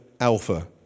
Alpha